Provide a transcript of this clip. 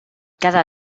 cada